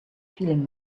feeling